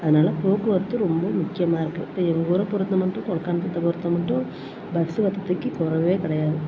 அதனால் போக்குவரத்து ரொம்ப முக்கியமாக இருக்குது இப்போ எங்கள் ஊரை பொறுத்த மட்டும் பொறுத்த மட்டும் பஸ்ஸு வசதிக்கு கொறைவே கிடையாது